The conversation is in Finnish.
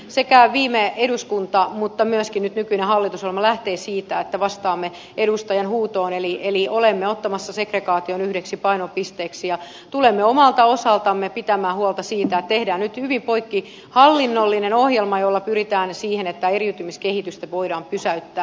sekä viime eduskunta että myöskin nyt nykyinen hallitusohjelma lähtevät siitä että vastaamme edustajan huutoon eli olemme ottamassa segregaation yhdeksi painopisteeksi ja tulemme omalta osaltamme pitämään huolta siitä että tehdään nyt hyvin poikkihallinnollinen ohjelma jolla pyritään siihen että eriytymiskehitystä voidaan pysäyttää